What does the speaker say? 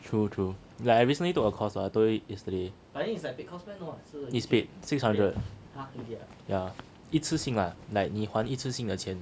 true true like I recently took a course right I told you yesterday is paid six hundred yeah 一次性啦 like 你还一次性的钱